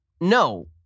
no